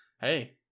hey